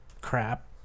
crap